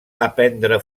aprendre